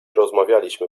rozmawialiśmy